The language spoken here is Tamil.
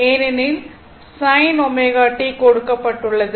ஏனெனில் sin ωt கொடுக்கப்பட்டுள்ளது